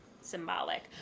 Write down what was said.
symbolic